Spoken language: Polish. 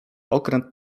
okręt